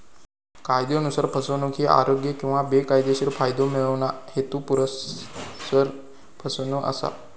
कायदयानुसार, फसवणूक ही अयोग्य किंवा बेकायदेशीर फायदो मिळवणा, हेतुपुरस्सर फसवणूक असा